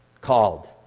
called